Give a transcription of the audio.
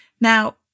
Now